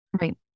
Right